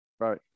Right